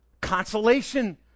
Consolation